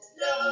no